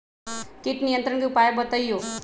किट नियंत्रण के उपाय बतइयो?